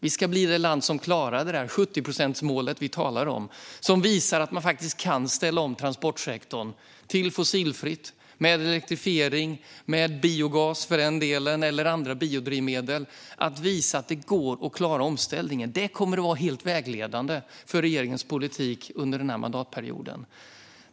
Vi ska bli det land som klarar det där 70-procentsmålet vi talar om - som visar att man faktiskt kan ställa om transportsektorn till fossilfritt med elektrifiering eller för den delen biogas eller andra biodrivmedel. Att visa att det går att klara omställningen kommer att vara helt vägledande för regeringens politik under den här mandatperioden.